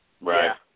Right